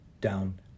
down